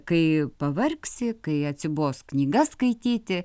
kai pavargsi kai atsibos knygas skaityti